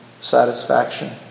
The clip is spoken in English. satisfaction